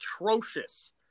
atrocious